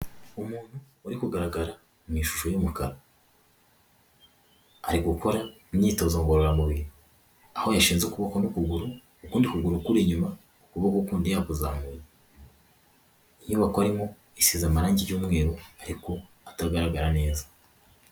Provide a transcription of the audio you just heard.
Umuntu uri kugaragara mu ishusho y'umukara, ari gukora imyitozo ngororamubiri, aho yashinze ukuboko n'ukuguru, ukundi kuguru kuri inyuma, ukuboko kundi yakuzamuye, inyubako arimo mu isize amarange y'umweru ariko atagaragara neza.